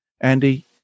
Andy